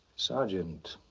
sergeant,